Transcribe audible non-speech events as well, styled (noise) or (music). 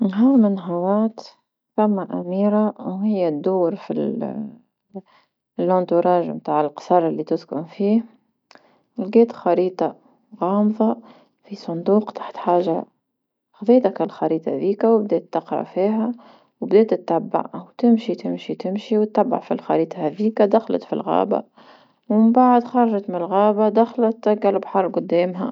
نهار من نهرات ثما أميرة وهي دور في (hesitation) محيط متاع القصر اللي تسكن فيه، لقات خريطة غامضة في صندوق تحت حاجة خذات هذ كالخريطة ذيكا وبديت تقرا فيها وبدأت تبع وتمشي تمشي تمشي ويتبع في الخليط هذيكا دخلت في الغابة، ومن بعد خرجت من الغابة دخلت هكا البحر قدامها.